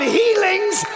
healings